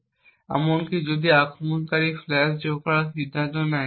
এইভাবে এমনকি যদি আক্রমণকারী ফ্ল্যাশ যোগ করার সিদ্ধান্ত নেয়